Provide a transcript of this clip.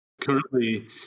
Currently